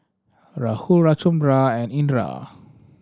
Rahul Ramchundra and Indira